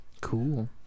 cool